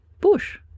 bush